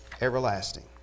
everlasting